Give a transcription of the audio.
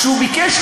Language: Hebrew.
כשהוא ביקש,